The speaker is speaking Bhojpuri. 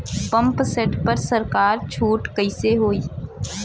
पंप सेट पर सरकार छूट कईसे होई?